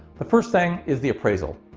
the first thing is the appraisal.